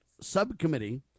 Subcommittee